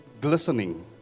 glistening